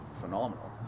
phenomenal